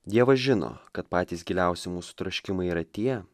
dievas žino kad patys giliausi mūsų troškimai yra tie